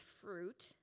fruit